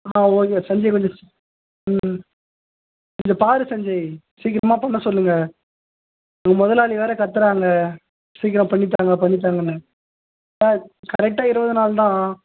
ஆ okay Sanjay கொஞ்சம் ம் ம் கொஞ்சம் பார் சஞ்ஜய் சீக்கிரமாக பண்ணச் சொல்லுங்க முதலாளி வேறு கத்துகிறாங்க சீக்கிரம் பண்ணித்தாங்க பண்ணித்தாங்கன்னு ஆ கரெக்டாக இருபது நாள் தான்